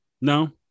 No